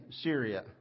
Syria